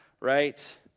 right